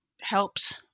helps